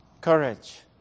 courage